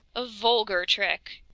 a vulgar trick!